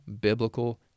biblical